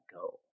go